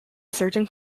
certain